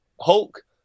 Hulk